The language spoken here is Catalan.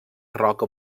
roca